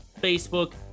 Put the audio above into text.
Facebook